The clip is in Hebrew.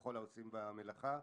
ולכל העושים במלאכה.